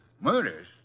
Murders